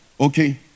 Okay